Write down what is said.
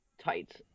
tights